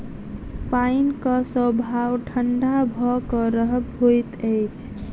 पाइनक स्वभाव ठंढा भ क रहब होइत अछि